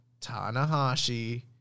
tanahashi